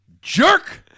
Jerk